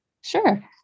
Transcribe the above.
Sure